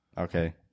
Okay